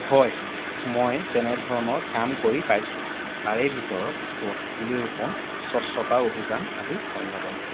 হয় মই তেনেধৰণৰ কাম কৰি পাইছোঁ তাৰে ভিতৰত গছপুলি ৰোপণ স্বচ্ছতা অভিযান আদি অন্যতম